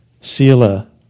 sila